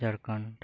Jharkhand